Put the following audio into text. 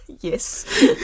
Yes